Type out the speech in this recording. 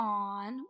on